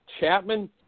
Chapman